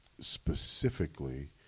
specifically